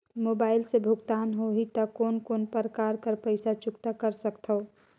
Mobile से भुगतान होहि त कोन कोन प्रकार कर पईसा चुकता कर सकथव?